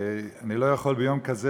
אני לא יכול ביום כזה,